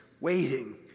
waiting